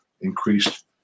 increased